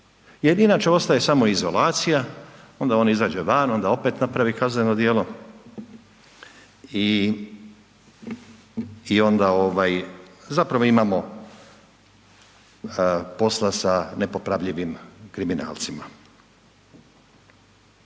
inače ostaje samo izolacija, onda on izađe van, onda opet napravi kazneno djelo i zapravo imamo posla nepopravljivim kriminalcima.